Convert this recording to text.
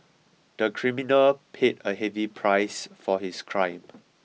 the criminal paid a heavy price for his crime